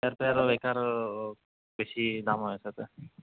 ইয়াৰ পৰা আৰু বেছি দাম হৈ আছে